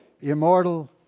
Immortal